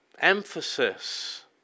emphasis